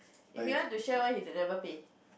if he wants to share why he never pay